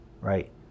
right